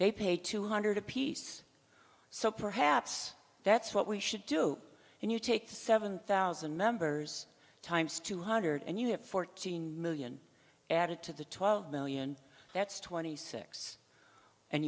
they paid two hundred apiece so perhaps that's what we should do and you take seven thousand members times two hundred and you have fourteen million added to the twelve million that's twenty six and